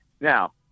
now